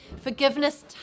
Forgiveness